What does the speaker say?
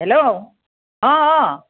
hello অঁ অঁ